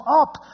up